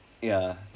ya